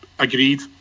agreed